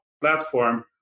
platform